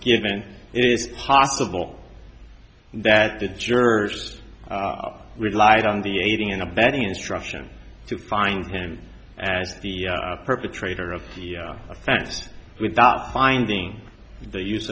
given it's possible that the jurors relied on the aiding and abetting instruction to find him as the perpetrator of the offense without finding the use